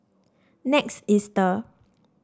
Next Easter